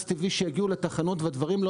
טבעי שיגיעו לתחנות ואמורים להיות מוכנים בזמן,